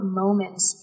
moments